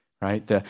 right